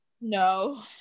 no